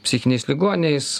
psichiniais ligoniais